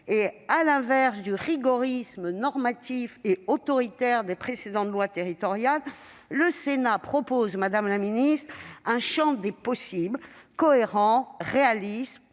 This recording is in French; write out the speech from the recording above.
et à l'inverse du rigorisme normatif et autoritaire des précédentes lois territoriales, le Sénat propose un champ des possibles, cohérent, réaliste,